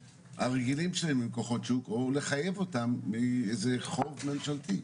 הרגילים שלם עם כוחות שוק או לחייב אותם עם איזשהו חוק ממשלתי,